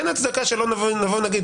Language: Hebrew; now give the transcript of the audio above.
אין הצדקה שלא נבוא ונגיד,